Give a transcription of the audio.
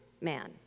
man